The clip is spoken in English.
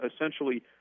essentially